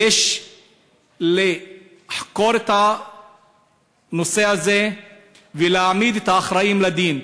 יש לחקור את הנושא הזה ולהעמיד את האחראים לדין.